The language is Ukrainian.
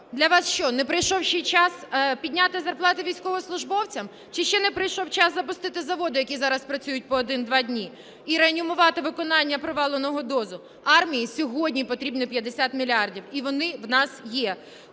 Для вас що, не прийшов ще час підняти зарплати військовослужбовцям? Чи ще не прийшов час запустити заводи, які зараз працюють по один, два дні, і реанімувати виконання проваленого ДОЗу? Армії сьогодні потрібно 50 мільярдів, і вони в нас є,